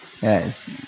Yes